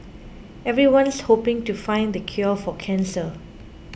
everyone's hoping to find the cure for cancer